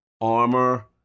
armor